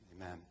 Amen